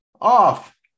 off